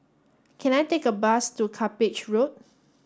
can I take a bus to Cuppage Road